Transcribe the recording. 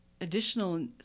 additional